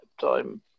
time